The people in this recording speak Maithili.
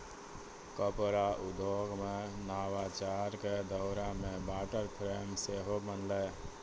कपड़ा उद्योगो मे नवाचार के दौरो मे वाटर फ्रेम सेहो बनलै